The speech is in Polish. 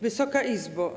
Wysoka Izbo!